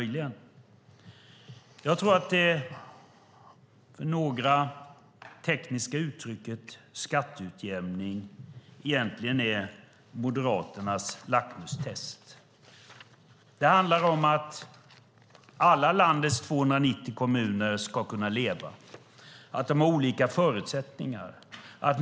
Jag tror att det tekniska uttrycket skatteutjämning egentligen är Moderaternas lackmustest. Det handlar om att alla landets 290 kommuner ska kunna leva. De har olika förutsättningar.